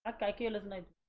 dec like eleven and